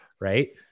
Right